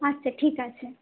আচ্ছা ঠিক আছে